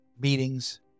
meetings